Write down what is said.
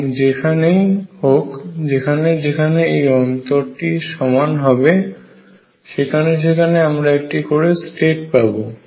এবং যেখানেই হোক যেখানে যেখানে এই অন্তরটি সমান হবে সেখানে সেখানে আমরা একটি করে স্টেট পাব